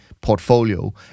portfolio